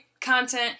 content